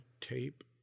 tape